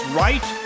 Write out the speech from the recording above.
right